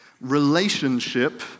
Relationship